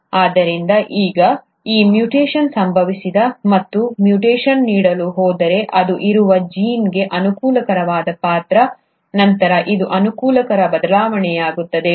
ಆದ್ದರಿಂದ ಈಗ ಈ ಮ್ಯೂಟೇಶನ್ ಸಂಭವಿಸಿದೆ ಮತ್ತು ಈ ಮ್ಯೂಟೇಶನ್ ನೀಡಲು ಹೋದರೆ ಅದು ಇರುವ ಜೀನ್ಗೆ ಅನುಕೂಲಕರವಾದ ಪಾತ್ರ ನಂತರ ಇದು ಅನುಕೂಲಕರ ಬದಲಾವಣೆಯಾಗುತ್ತದೆ